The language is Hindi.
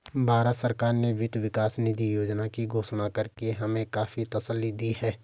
भारत सरकार ने वित्त विकास निधि योजना की घोषणा करके हमें काफी तसल्ली दी है